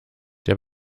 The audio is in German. der